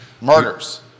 murders